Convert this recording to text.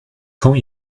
quand